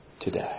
today